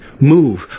Move